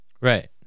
Right